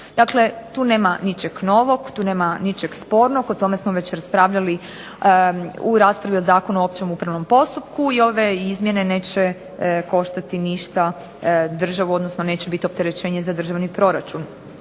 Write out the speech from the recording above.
Dakle tu nema ničeg novog, tu nema ničeg spornog, o tome smo već raspravljali u raspravi o Zakonu o općem upravnom postupku i ove izmjene neće koštati ništa državu, odnosno neće biti opterećenje za državni proračun.